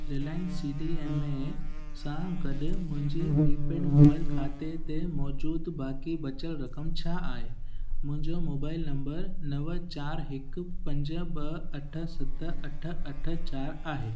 Reliance C D M A सां गॾु मुंहिंजी प्रीपेड मोबाइल खाते ते मौजूदु बाक़ी बचल रक़म छा आहे मुंहिंजो मोबाइल नंबर नव चार हिकु पंज ॿ अठ सत अठ अठ चार आहे